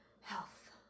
health